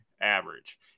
average